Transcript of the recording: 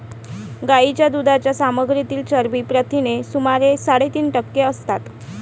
गायीच्या दुधाच्या सामग्रीतील चरबी प्रथिने सुमारे साडेतीन टक्के असतात